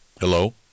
Hello